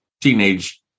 teenage